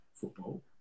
football